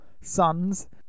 sons